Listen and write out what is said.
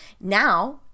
now